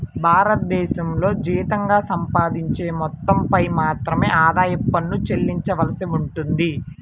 భారతదేశంలో జీతంగా సంపాదించే మొత్తంపై మాత్రమే ఆదాయ పన్ను చెల్లించవలసి ఉంటుంది